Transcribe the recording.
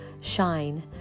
shine